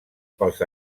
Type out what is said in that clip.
pels